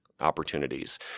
opportunities